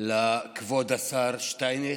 לכבוד השר שטייניץ,